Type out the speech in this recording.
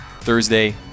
Thursday